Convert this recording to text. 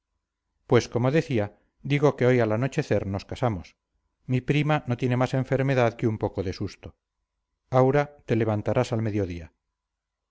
pues como decía digo que hoy al anochecer nos casamos mi prima no tiene más enfermedad que un poco de susto aura te levantarás al mediodía